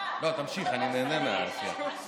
לא, תמשיך, אני נהנה מהשיח.